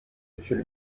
monsieur